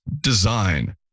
Design